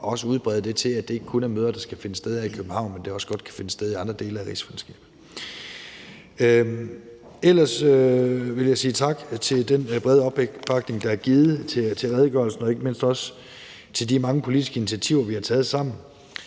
at man udbreder det til, at det ikke kun er møder, der skal finde sted her i København, men at de også godt kan finde sted i andre dele af rigsfællesskabet. Ellers vil jeg sige tak for den brede opbakning, der er givet til redegørelsen, og ikke mindst også for de mange politiske initiativer, vi har taget sammen.